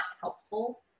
helpful